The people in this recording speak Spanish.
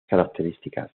características